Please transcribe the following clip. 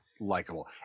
likable